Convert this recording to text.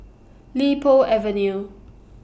Li Po Avenue